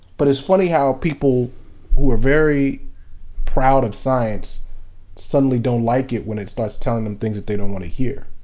but it's funny how people who are very proud of science suddenly don't like it when it's like telling them things that they don't want to hear.